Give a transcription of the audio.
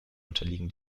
unterliegen